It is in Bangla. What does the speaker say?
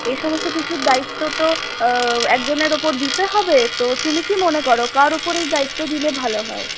এইসমস্ত কিছুর দায়িত্ব তো একজনের ওপর দিতে হবে তো তুমি কি মনে করো কার ওপর এই দায়িত্ব দিলে ভালো হয়